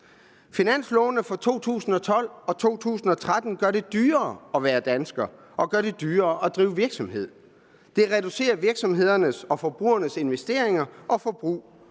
Finanslovene for 2012 og 2013 gør det dyrere at være dansker og gør det dyrere at drive virksomhed. Det reducerer virksomhedernes og forbrugernes investeringer og forbrug.